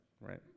right